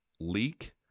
leak